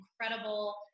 incredible